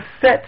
set